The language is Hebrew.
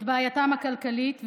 את בעייתם הכלכלית.